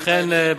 אכן,